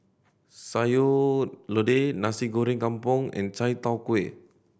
Sayur Lodeh Nasi Goreng Kampung and chai tow kway